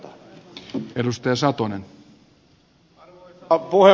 arvoisa puhemies